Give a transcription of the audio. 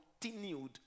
continued